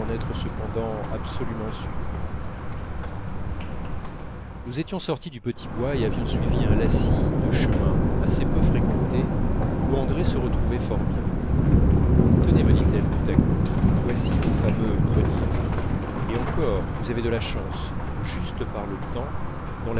être cependant absolument sûr nous étions sortis du petit bois et avions suivi un lacis de chemins assez peu fréquentés où andrée se retrouvait fort bien tenez me dit-elle tout à coup voici vos fameux creuniers et encore vous avez de la chance juste par le temps